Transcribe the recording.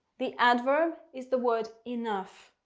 the adverb is the word enough.